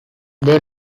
there